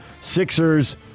Sixers